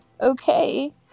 okay